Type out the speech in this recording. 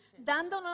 dándonos